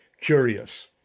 curious